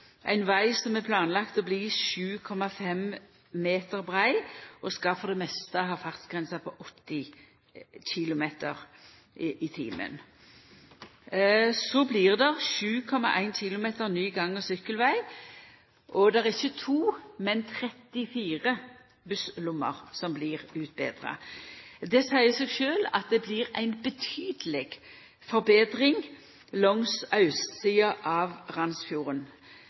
ein veg som er planlagd å bli 7,5 meter brei, der det for det meste skal vera 80 km/t. Det blir 7,1 km ny gang- og sykkelveg – og ikkje to, men 34 busslommer blir utbetra. Det seier seg sjølv at det blir ei betydeleg forbetring langs austsida av Randsfjorden.